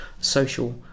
social